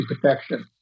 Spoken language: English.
protection